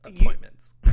appointments